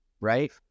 right